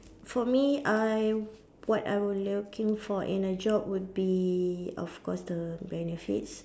for me I what I looking for in a job would be of course the benefits